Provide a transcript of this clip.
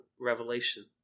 revelation